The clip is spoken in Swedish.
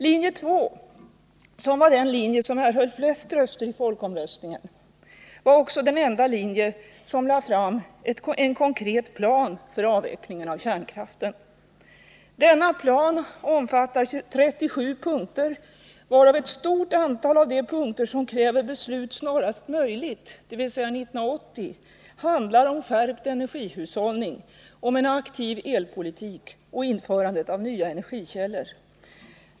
Linje 2, som var den linje som erhöll flest röster i folkomröstningen, var också den enda linje som lade fram en konkret plan för avvecklingen av kärnkraften. Denna plan omfattar 37 punkter, och ett stort antal av de punkter som kräver beslut snarast möjligt, dvs. 1980, handlar om skärpt energihushållning, en aktiv elpolitik och införande av nya energikällor.